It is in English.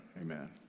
amen